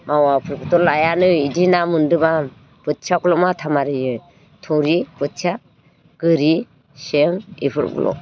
मावाफोरखौथ' लायालै बिदि ना मोनदोंबा बोथियाखौल' माथा मारियो थुरि बोथिया गोरि सें बिफोरखौल'